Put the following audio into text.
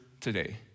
today